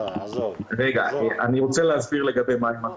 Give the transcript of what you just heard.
אני רוצה להסביר לגבי מים אדומים.